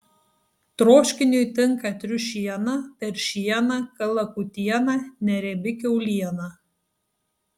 troškiniui tinka triušiena veršiena kalakutiena neriebi kiauliena